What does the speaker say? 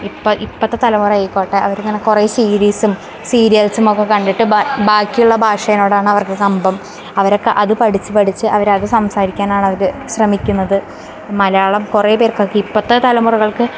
ഇപ്പം ഇപ്പോഴത്തെ തലമുറയായിക്കോട്ടെ അവരിങ്ങനെ കുറെ സീരീസും സീരിയൽസും ഒക്കെ കണ്ടിട്ട് ബാക്കി ബാക്കിയുള്ള ഭാഷയിനോടാണ് അവർക്ക് കമ്പം അവരൊക്കെ അത് പഠിച്ച് പഠിച്ച് അവരത് സംസാരിക്കാനാണ് അവർ ശ്രമിക്കുന്നത് മലയാളം കുറെ പേർക്കൊക്കെ ഇപ്പോഴത്തെ തലമുറകൾക്ക്